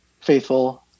faithful